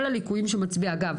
אגב,